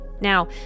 Now